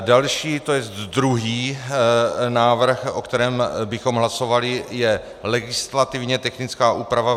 Další, to jest druhý návrh, o kterém bychom hlasovali, je legislativně technická úprava.